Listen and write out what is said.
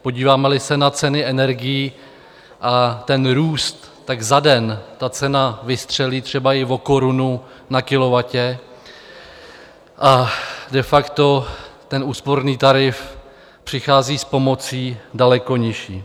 Podívámeli se na ceny energií a ten růst, tak za den ta cena vystřelí třeba i o korunu na kilowattu a de facto ten úsporný tarif přichází s pomocí daleko nižší.